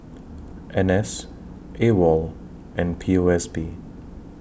N S AWOL and P O S B